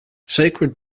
sacred